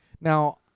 now